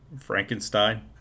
frankenstein